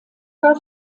war